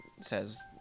says